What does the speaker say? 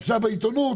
אצלה בעיתונות,